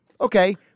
Okay